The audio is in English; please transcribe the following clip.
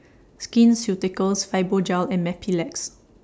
Skin Ceuticals Fibogel and Mepilex